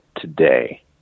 today